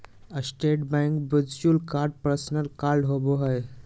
state bank virtual card personal card होबो हइ